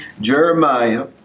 Jeremiah